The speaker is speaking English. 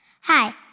Hi